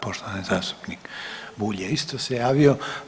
Poštovani zastupnik Bulj je isto se javio.